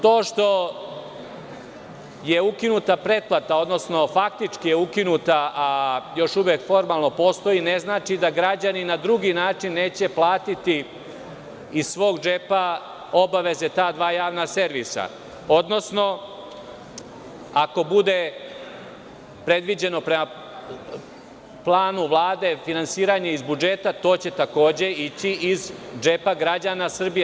To što je ukinuta pretplata, odnosno faktički je ukinuta, a još uvek formalno postoji, ne znači da građani na drugi način neće platiti iz svog džepa obaveze ta dva javna servisa, odnosno, ako bude predviđeno po planu Vlade finansiranje iz budžeta, to će takođe ići iz džepa građana Srbije.